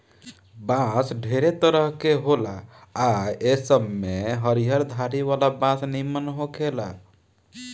बांस ढेरे तरह के होला आ ए सब में हरियर धारी वाला बांस निमन होखेला